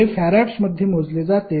हे फॅराड्स मध्ये मोजले जाते